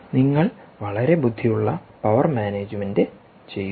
നിങ്ങൾ വളരെ ബുദ്ധിയുളള പവർ മാനേജുമെന്റ് ചെയ്യുന്നു